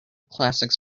classics